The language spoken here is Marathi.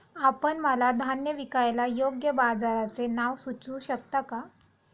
आपण मला धान्य विकायला योग्य बाजाराचे नाव सुचवू शकता का?